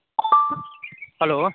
hello